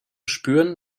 spüren